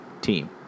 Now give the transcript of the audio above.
team